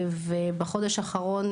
בחודש האחרון,